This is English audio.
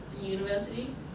University